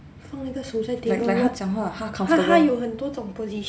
like like 他讲话他 comfortable